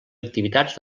activitats